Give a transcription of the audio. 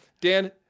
Dan